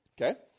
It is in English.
Okay